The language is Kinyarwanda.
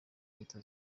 leta